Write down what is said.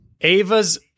Ava's